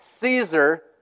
Caesar